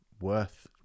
worth